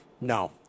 No